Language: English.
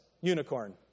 Unicorn